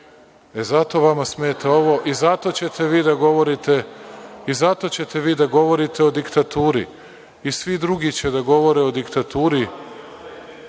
Zato vama smeta ovo i zato ćete vi da govorite o diktaturi i svi drugi će da govore o diktaturi. Pogledajte